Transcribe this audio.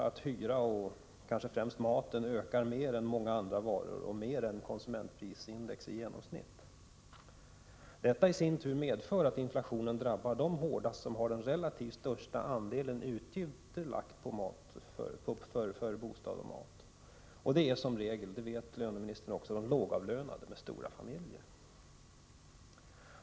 Hyrorna och kanske främst matpriserna ökar mer än priserna på andra varor och mer än konsumentprisindex i genomsnitt. Detta medför att inflationen drabbar dem hårdast som lägger den relativt största delen av sina utgifter på bostad och mat. Det är som regel — det vet löneministern också — de lågavlönade med stora familjer.